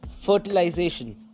Fertilization